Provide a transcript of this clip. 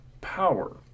Power